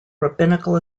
rabbinical